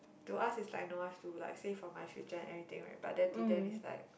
to us is like no i've to like save for my future and everything right but then to them is like